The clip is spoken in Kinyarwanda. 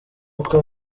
uko